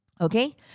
Okay